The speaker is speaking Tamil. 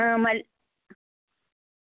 ஓகே மேம் இப்போ எப்படி இருக்கு